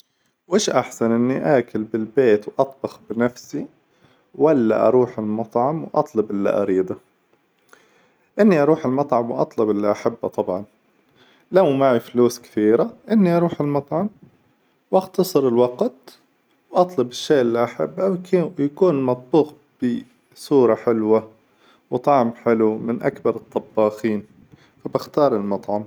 وش أحسن إني آكل بالبيت وأطبخ بنفسي ولا أروح المطعم وأطلب إللي أريده؟ إني أروح المطعم وأطلب إللي أحبه طبعا لو معي فلوس كثيرة، إني أروح المطعم وأختصر الوقت وأطلب الشي إللي أحبه ويكون مطبوخ بصورة حلوة وطعم حلو من أكبر الطباخين، فباختار المطعم.